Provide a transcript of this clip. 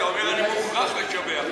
אתה אומר: אני מוכרח לשבח.